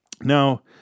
Now